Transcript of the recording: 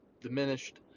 diminished